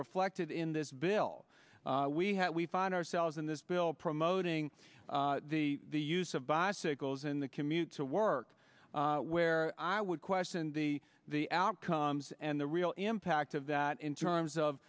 reflected in this bill we have we find ourselves in this bill promoting the use of bicycles in the commute to work where i would question the the outcomes and the real impact of that in terms of